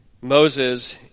Moses